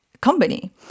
company